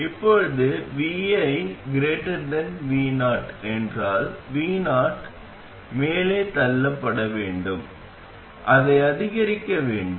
இப்போது vi vo என்றால் vo மேலே தள்ளப்பட வேண்டும் அதை அதிகரிக்க வேண்டும்